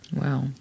Wow